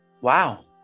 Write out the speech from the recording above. wow